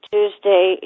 Tuesday